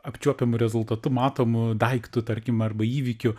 apčiuopiamu rezultatu matomu daiktu tarkim arba įvykiu